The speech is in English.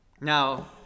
Now